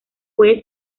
puede